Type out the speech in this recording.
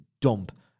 dump